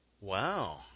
Wow